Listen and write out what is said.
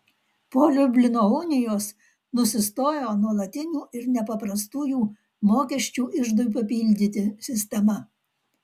po liublino unijos nusistojo nuolatinių ir nepaprastųjų mokesčių iždui papildyti sistema